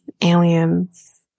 aliens